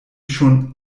schon